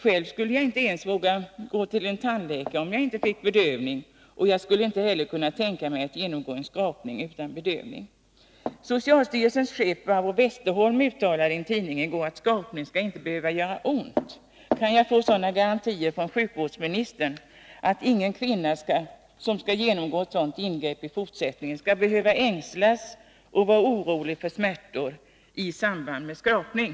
Själv skulle jag inte ens våga gå till en tandläkare om jag inte fick bedövning, och jag skulle inte heller kunna tänka mig att genomgå en skrapning utan bedövning. Socialstyrelsens chef Barbro Westerholm uttalade i en tidning i går att skrapning inte skall behöva göra ont. Kan jag få sådana garantier från sjukvårdsministern att ingen kvinna som skall genomgå ett sådant ingrepp i fortsättningen skall behöva ängslas och vara orolig för smärtor i samband med skrapning?